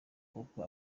kuko